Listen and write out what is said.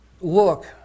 look